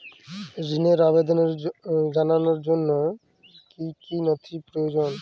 ঋনের আবেদন জানানোর জন্য কী কী নথি প্রয়োজন?